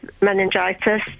meningitis